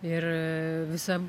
ir visa